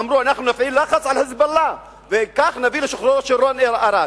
אמרו: אנחנו נפעיל לחץ על "חיזבאללה" וכך נביא לשחרורו של רון ארד.